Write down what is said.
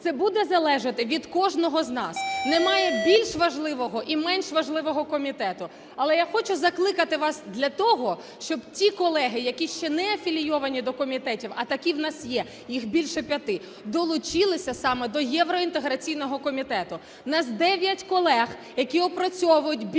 Це буде залежати від кожного з нас. Немає більш важливого і менш важливого комітету. Але я хочу закликати вас для того, щоб ті колеги, які ще не афілійовані до комітетів, а такі в нас є, їх більше 5, долучилися саме до євроінтеграційного комітету. У нас 9 колег, які опрацьовують більше